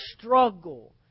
struggle